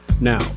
Now